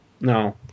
no